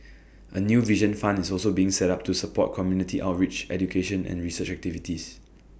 A new vision fund is also being set up to support community outreach education and research activities